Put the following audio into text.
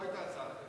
לא היתה הצעה אחרת.